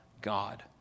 God